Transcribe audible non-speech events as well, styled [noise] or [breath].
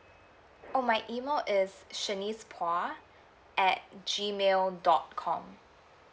oh my email is shanice phua [breath] at gmail dot com